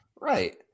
Right